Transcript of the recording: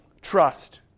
trust